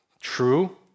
True